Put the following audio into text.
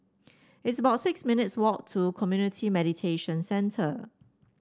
it's about six minutes' walk to Community Mediation Centre